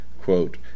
quote